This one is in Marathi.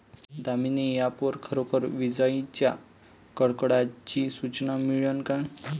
दामीनी ॲप वर खरोखर विजाइच्या कडकडाटाची सूचना मिळन का?